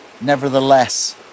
nevertheless